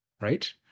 right